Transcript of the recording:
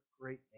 great